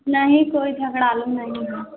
नहीं कोई झगड़ालू नहीं है